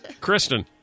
Kristen